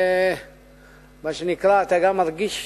מה שנקרא, אתה גם מרגיש